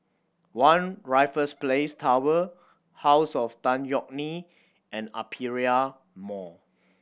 One Raffles Place Tower House of Tan Yeok Nee and Aperia Mall